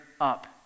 up